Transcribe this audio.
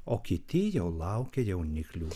o kiti jau laukia jauniklių